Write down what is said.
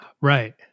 Right